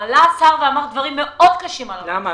עלה השר ואמר דברים מאוד קשים על המאפייה.